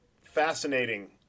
fascinating